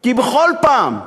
כי בכל פעם,